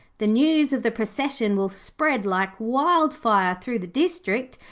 the news of the procession will spread like wildfire through the district,